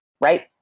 right